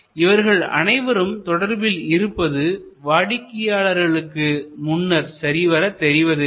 இவர்கள் அனைவரும் தொடர்பில் இருப்பது வாடிக்கையாளர்களுக்கு முன்னர் சரிவர தெரிவதில்லை